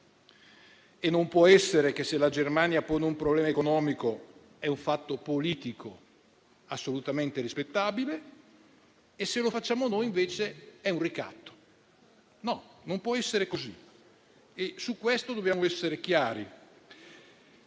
Non può essere che se la Germania pone un problema economico è un fatto politico assolutamente rispettabile, mentre se lo facciamo noi invece è un ricatto. No, non può essere così e su questo dobbiamo essere chiari.